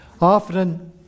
Often